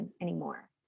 anymore